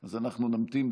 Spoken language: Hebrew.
אז אנחנו נמתין,